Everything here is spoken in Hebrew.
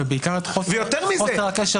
יתרה מזאת,